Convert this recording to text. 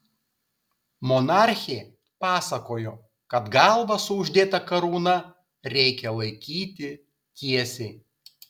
monarchė pasakojo kad galvą su uždėta karūna reikia laikyti tiesiai